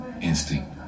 instinct